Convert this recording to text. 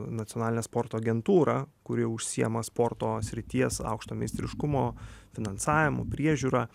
nacionalinė sporto agentūra kuri užsiima sporto srities aukšto meistriškumo finansavimu priežiūra